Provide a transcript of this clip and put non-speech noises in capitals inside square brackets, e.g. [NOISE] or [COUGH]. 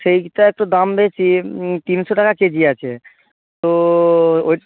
সেইটা তো দাম বেশি তিনশো টাকা কেজি আছে তো [UNINTELLIGIBLE]